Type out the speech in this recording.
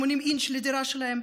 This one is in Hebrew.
של 80 אינץ' לדירה שלהם?